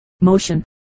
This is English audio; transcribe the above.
motion